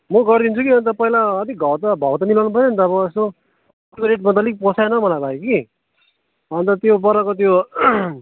म गरिदिन्छु कि अन्त पहिला अलिकति भाउ त भाउ त मिलाउन पऱ्यो नि त अब यसो त्यो रेटमा त अलिक पोसाएन मलाई भाइ कि अन्त त्यो बोराको त्यो